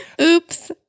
Oops